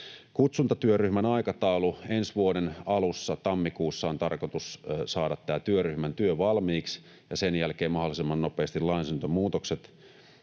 Kutsuntatyöryhmän aikataulu: Ensi vuoden alussa, tammikuussa, on tarkoitus saada työryhmän työ valmiiksi ja sen jälkeen mahdollisimman nopeasti lainsäädäntömuutokset.